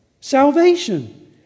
salvation